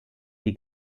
die